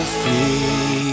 free